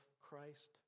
Christ